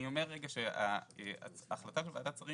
אני אומר שההחלטה בוועדת שרים